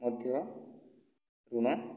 ମଧ୍ୟ ଋଣ